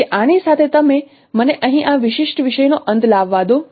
તેથી આની સાથે તમે મને અહીં આ વિશિષ્ટ વિષયનો અંત લાવવા દો